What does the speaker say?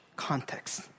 Context